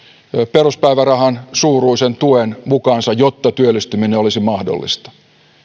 peruspäivärahan suuruisen tuen mukaansa jotta työllistyminen olisi mahdollista